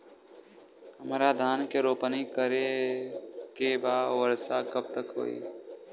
हमरा धान के रोपनी करे के बा वर्षा कब तक होई?